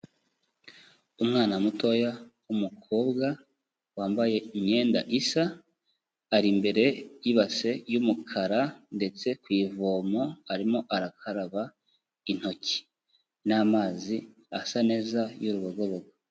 Umwana mutoya w'umukobwa wambaye imyenda isa, ari imbere y'ibase y'umukara ndetse ku ivomo arimo arakaraba intoki n'amazi asa neza y'urubogobogo.